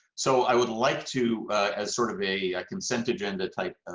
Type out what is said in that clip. so i would like to as sort of a consent agenda type and